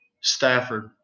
Stafford